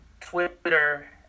Twitter